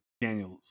Daniel's